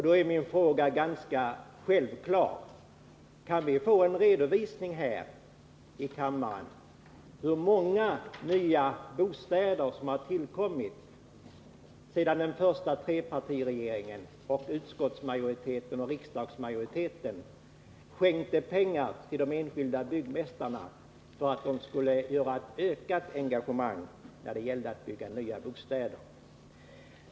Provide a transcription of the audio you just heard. Då är min fråga ganska självklar: Kan vi här i kammaren få en redovisning av hur många nya bostäder som har tillkommit sedan den första trepartiregeringen, utskottsmajoriteten och riksdagsmajoriteten skänkte pengar till de enskilda byggmästarna för att dessa skulle öka sitt engagemang när det gällde att bygga nya bostäder?